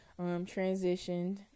Transitioned